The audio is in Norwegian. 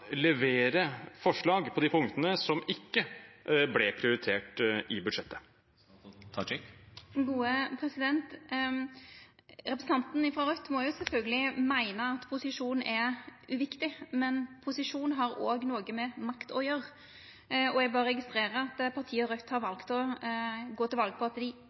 levere forslag på de punktene som ikke ble prioritert i budsjettet? Representanten frå Raudt må sjølvsagt få meina at posisjon er uviktig, men posisjon har òg noko med makt å gjera. Eg berre registrerer at partiet Raudt har valt å gå til val på at dei